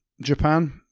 japan